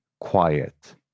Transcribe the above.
quiet